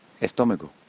estómago